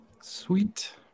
Sweet